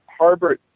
Harbert